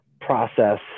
process